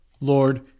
Lord